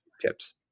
tips